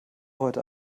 heute